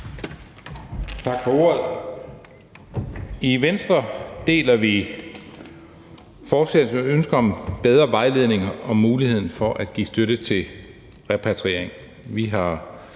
Tak for ordet. I Venstre deler vi forslagsstillernes ønske om bedre vejledning om muligheder for at give støtte til repatriering.